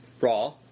raw